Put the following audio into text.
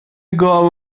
گاو